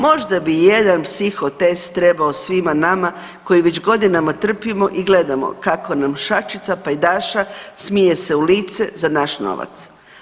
Možda bi jedan psiho test trebao svima nama koji već godinama trpimo i gledamo kako nam šačica pajdaša smije se u lice za naš novac.